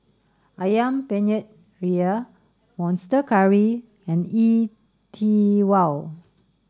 Ayam Penyet Ria Monster Curry and E T WOW